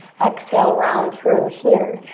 exhale, round through here.